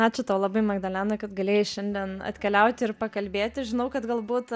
ačiū tau labai magdalena kad galėjai šiandien atkeliauti ir pakalbėti žinau kad galbūt